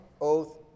oath